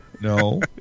no